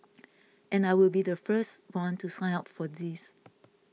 and I will be the first one to sign up for these